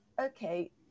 okay